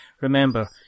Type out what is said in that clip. Remember